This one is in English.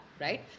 right